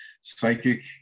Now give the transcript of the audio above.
psychic